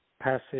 passage